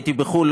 הייתי בחו"ל,